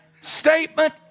statement